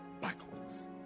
backwards